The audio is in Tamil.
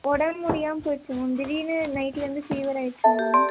உடம்பு முடியாமல் போச்சு மேம் திடீரெனு நைட்லேருந்து ஃபீவர் ஆகிடிச்சிங்க மேம்